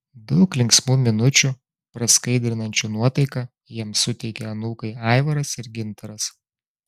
daug linksmų minučių praskaidrinančių nuotaiką jiems suteikia anūkai aivaras ir gintaras